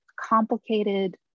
complicated